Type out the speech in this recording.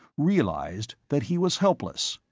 realized that he was helpless.